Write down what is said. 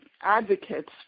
advocates